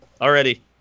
already